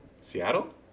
Seattle